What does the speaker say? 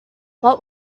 what